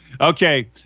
okay